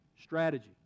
strategy